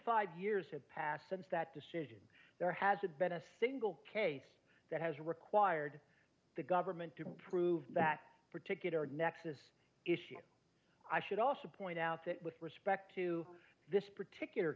five years have passed since that decision there hasn't been a single case that has required the government to prove that particular nexus issue i should also point out that with respect to this particular